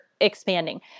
expanding